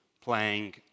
playing